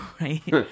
right